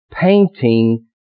painting